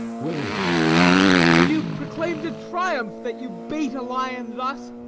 willingly have you proclaim'd a triumph, that you bait a lion thus?